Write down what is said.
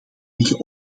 liggen